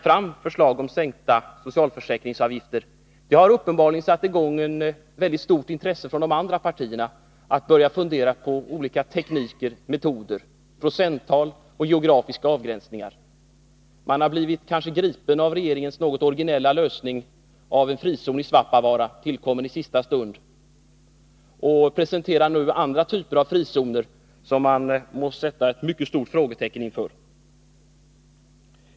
Men regeringens förslag om sänkta socialförsäkringsavgifter har uppenbarligen satt i gång ett stort intresse från de andra partiernas sida att börja fundera på olika tekniker och metoder, procenttal och geografiska avgränsningar. Man har kanske blivit gripen av regeringens något originella lösning med en frizon i Svappavaara, tillkommen i sista stund, och presenterar nu andra typer av frizoner, som man dock måste sätta ett mycket stort frågetecken för.